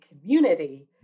community